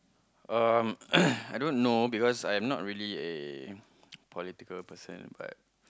um I don't know because I'm not really a political person but